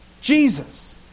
Jesus